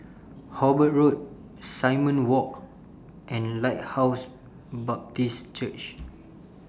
Hobart Road Simon Walk and Lighthouse Baptist Church